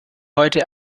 heute